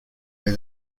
were